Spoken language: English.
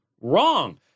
wrong